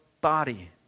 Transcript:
body